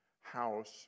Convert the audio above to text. house